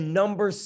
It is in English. number